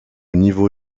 niveau